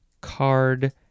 card